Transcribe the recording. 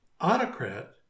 autocrat